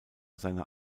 seiner